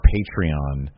Patreon